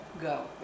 Go